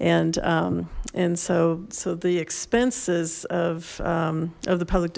and and so so the expenses of of the public